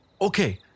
Okay